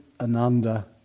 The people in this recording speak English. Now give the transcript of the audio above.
Ananda